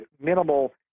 minimal